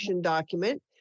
document